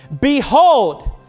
Behold